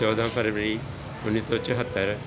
ਚੌਦਾਂ ਫਰਵਰੀ ਉੱਨੀ ਸੌ ਚੁਹੱਤਰ